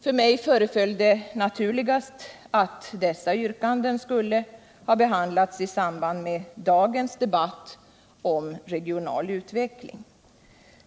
För mig föreföll det naturligast att dessa yrkanden skulle ha behandlats i samband med dagens debatt om regional utveckling.